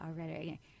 already